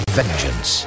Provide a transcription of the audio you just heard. vengeance